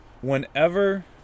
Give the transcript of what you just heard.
Whenever